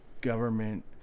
government